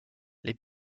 les